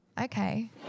Okay